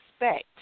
expect